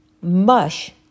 mush